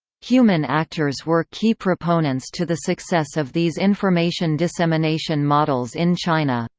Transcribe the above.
human actors were key proponents to the success of these information dissemination models in china.